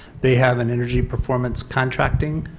they have an energy performance contracting